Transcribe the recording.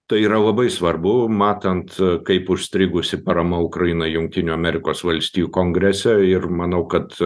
tai yra labai svarbu matant kaip užstrigusi parama ukrainai jungtinių amerikos valstijų kongrese ir manau kad